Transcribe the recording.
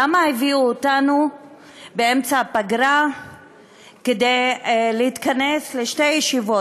למה הביאו אותנו באמצע הפגרה כדי להתכנס לשתי ישיבות,